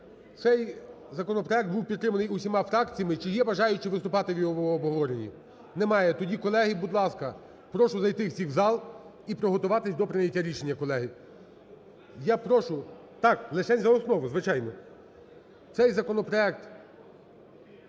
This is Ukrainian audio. цей законопроект був підтриманий всіма фракціям, чи є бажаючі виступати в його обговоренні? Немає. Тоді, колеги, будь ласка, прошу всіх зайти в зал і приготуватись до прийняття рішення, колеги. Я прошу, так, лишень за основу, звичайно. Цей законопроект